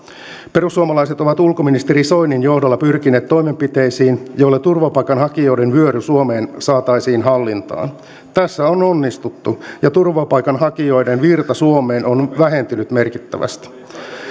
perussuomalaiset ovat ulkoministeri soinin johdolla pyrkineet toimenpiteisiin joilla turvapaikanhakijoiden vyöry suomeen saataisiin hallintaan tässä on onnistuttu ja turvapaikanhakijoiden virta suomeen on vähentynyt merkittävästi